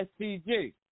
SPG